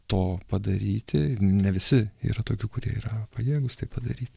to padaryti ne visi yra tokių kurie yra pajėgūs tai padaryt